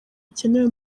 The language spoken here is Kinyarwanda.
bikenewe